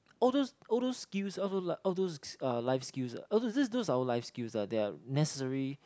all those all those skills all those like all those uh life skills ah those those are all life skills ah they are necessary